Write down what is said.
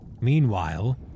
Meanwhile